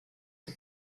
que